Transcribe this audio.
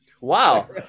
wow